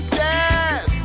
yes